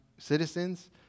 citizens